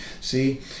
See